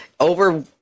Over